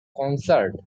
concert